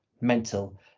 mental